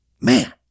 man